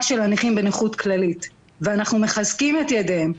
של הנכים בנכות כללית ואנחנו מחזקים את ידיהם,